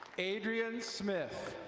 adrienne smith.